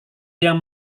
yang